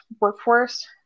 workforce